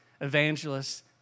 evangelists